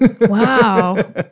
Wow